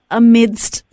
amidst